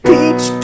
Peach